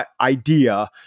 idea